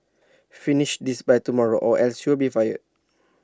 finish this by tomorrow or else you'll be fired